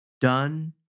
done